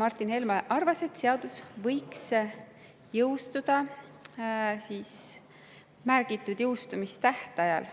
Martin Helme arvas, et seadus võiks jõustuda märgitud jõustumistähtajal.